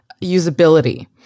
usability